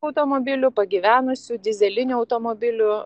automobilių pagyvenusių dyzelinių automobilių